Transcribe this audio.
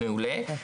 מעולה.